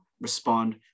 respond